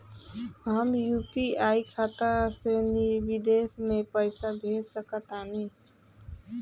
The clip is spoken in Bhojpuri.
हम यू.पी.आई खाता से विदेश म पइसा भेज सक तानि?